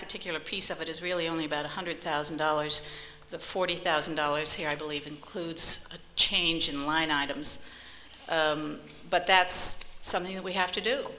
particular piece of it is really only about one hundred thousand dollars the forty thousand dollars here i believe includes a change in line items but that's something that we have to do